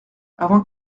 avant